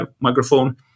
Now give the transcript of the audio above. microphone